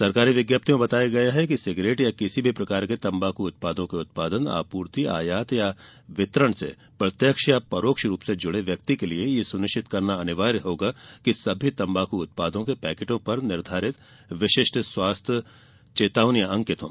सरकारी विज्ञप्ति में बताया गया है कि सिगरेट या किसी भी प्रकार के तम्बाक उत्पादों के उत्पादन आपूर्ति आयात या वितरण से प्रत्यक्ष या परोक्ष रूप से जुड़े व्यक्ति के लिए यह सुनिश्चित करना अनिवार्य होगा कि सभी तम्बाकू उत्पादों के पैकेटों पर निर्धारित विशिष्ट स्वास्थ्य चेतावनियां अंकित हों